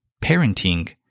parenting